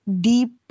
deep